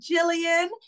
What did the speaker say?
Jillian